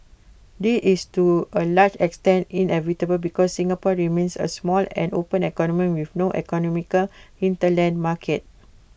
this is to A large extent inevitable because Singapore remains A small and open economy with no economic hinterland market